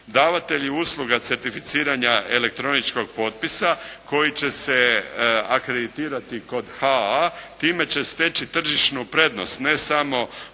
Davatelji usluga certificiranja elektroničkog potpisa koji će se akreditirati kod HAA, time će steći tržišnu prednost ne samo